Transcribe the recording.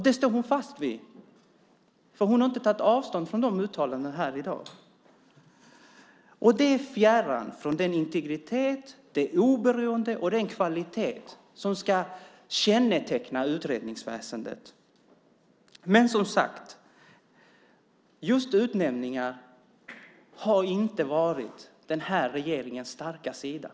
Det står hon fast vid eftersom hon inte har tagit avstånd från dessa uttalanden här i dag. Det är fjärran från den integritet, det oberoende och den kvalitet som ska känneteckna utredningsväsendet. Men, som sagt, just utnämningar har inte varit den här regeringens starka sida.